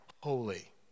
holy